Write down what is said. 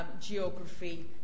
geography